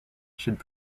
should